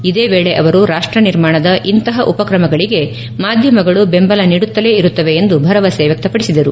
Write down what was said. ಇದೇ ವೇಳೆ ಅವರು ರಾಷ್ಟ ನಿರ್ಮಾಣದ ಇಂತಪ ಉಪಕ್ರಮಗಳಿಗೆ ಮಾಧ್ಯಮಗಳು ಬೆಂಬಲ ನೀಡುತ್ತಲೇ ಇರುತ್ತವೆ ಎಂದು ಭರವಸೆ ವ್ಯಕ್ತಪಡಿಸಿದರು